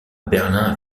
berlin